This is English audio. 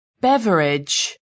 beverage